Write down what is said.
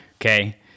Okay